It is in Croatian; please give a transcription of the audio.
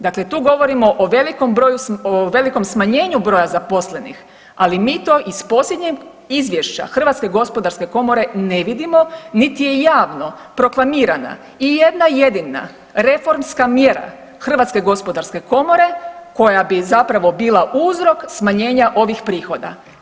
Dakle, tu govorimo o velikom broju, o velikom smanjenju broja zaposlenih, ali mi to iz posljednjeg izvješća HGK ne vidimo niti je javno proklamirana i jedna jedina reformska mjera HGK koja bi zapravo bila uzrok smanjenja ovih prihoda.